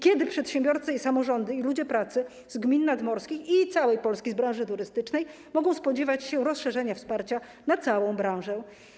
Kiedy przedsiębiorcy, samorządy i ludzie pracy z gmin nadmorskich i z całej Polski pracujący w branży turystycznej mogą spodziewać się rozszerzenia wsparcia na całą tę branżę?